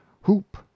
hoop